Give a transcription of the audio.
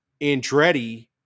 Andretti